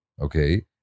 okay